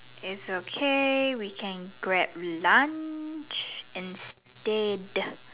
it's okay we can Grab lunch and date